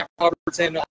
Robertson